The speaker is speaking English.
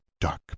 dark